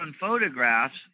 photographs